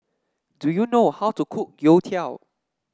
do you know how to cook Youtiao